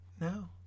now